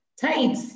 tight